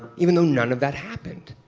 even though none of that happened.